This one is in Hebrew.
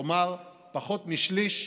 כלומר החולים